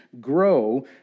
grow